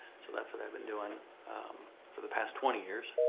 so that's what i've been doin' for the past twenty years.